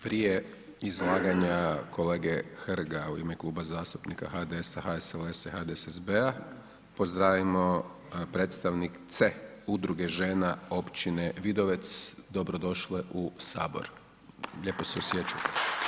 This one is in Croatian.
Prije izlaganja kolege Hrga u ime Kluba zastupnika HDS-a, HSLS-a i HDSSB-a pozdravimo predstavnice Udruge žena općine Vidovec, dobrodošle u sabor, lijepo se osjećajte.